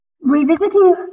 Revisiting